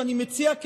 ואני מציע,